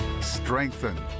strengthen